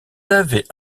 avaient